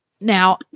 Now